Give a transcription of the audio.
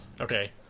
okay